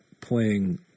playing –